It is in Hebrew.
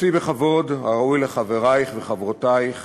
התייחסי בכבוד הראוי לחברייך וחברותייך